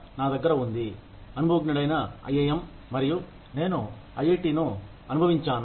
నా దగ్గర ఉంది అనుభవజ్ఞుడైన ఐ ఐ ఎం మరియు నేను ఐఐటిను అనుభవించాను